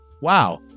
wow